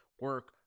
Work